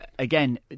Again